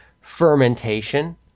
fermentation